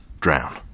drown